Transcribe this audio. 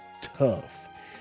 tough